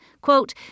Quote